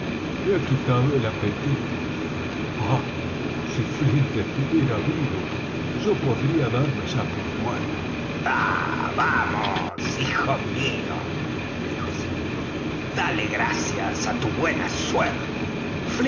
me ha quitado el apetito ah si flint estuviera vivo yo podría darme ya por muerto ah vamos hijo mío dijo silver dale gracias á tu buena suerte